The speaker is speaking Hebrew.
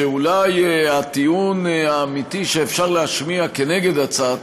שאולי הטיעון האמיתי שאפשר להשמיע כנגד הצעת